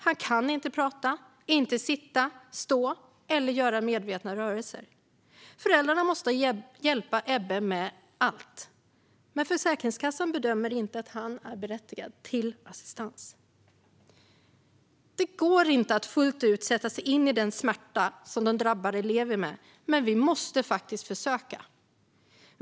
Han kan inte prata, sitta, stå eller göra medvetna rörelser. Föräldrarna måste hjälpa Ebbe med allt. Men Försäkringskassan bedömer inte att han är berättigad till assistans. Det går inte att fullt ut sätta sig in i den smärta som de drabbade lever med, men vi måste faktiskt försöka.